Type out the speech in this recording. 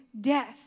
death